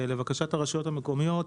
לבקשת הרשויות המקומיות,